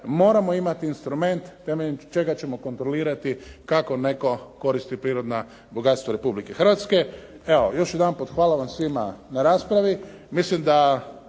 Moramo imati instrument temeljem čega ćemo kontrolirati kako netko koristi prirodna bogatstva Republike Hrvatske. Evo, još jedanput hvala vam svima na raspravi.